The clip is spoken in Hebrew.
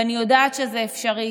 ואני יודעת שזה אפשרי,